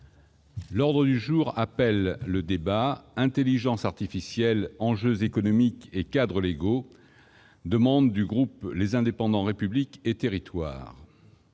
L'ordre du jour appelle le débat :« Intelligence artificielle, enjeux économiques et cadres légaux », organisé à la demande du groupe Les Indépendants - République et Territoires.